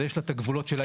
אז יש לו את הגבולות שלו,